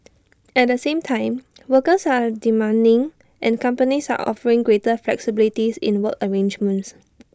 at the same time workers are demanding and companies are offering greater flexibilities in work arrangements